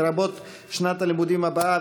לרבות שנת הלימודים הבאה,